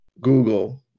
Google